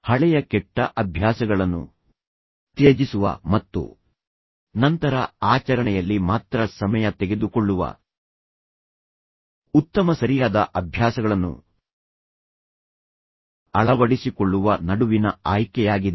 ಹಳೆಯ ಕೆಟ್ಟ ಅಭ್ಯಾಸಗಳನ್ನು ತ್ಯಜಿಸುವ ಮತ್ತು ನಂತರ ಆಚರಣೆಯಲ್ಲಿ ಮಾತ್ರ ಸಮಯ ತೆಗೆದುಕೊಳ್ಳುವ ಉತ್ತಮ ಸರಿಯಾದ ಅಭ್ಯಾಸಗಳನ್ನು ಅಳವಡಿಸಿಕೊಳ್ಳುವ ನಡುವಿನ ಆಯ್ಕೆಯಾಗಿದೆ